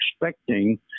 expecting